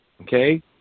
okay